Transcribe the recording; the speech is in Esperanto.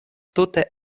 tute